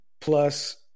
plus